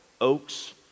oaks